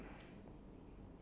okay